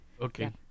okay